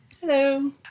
Hello